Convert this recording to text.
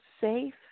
safe